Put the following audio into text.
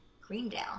Greendale